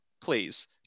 please